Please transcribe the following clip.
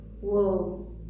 Whoa